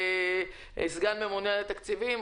סגן הממונה על התקציבים,